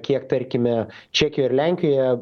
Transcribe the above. kiek tarkime čekijoj ir lenkijoje